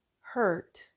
hurt